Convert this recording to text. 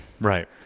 Right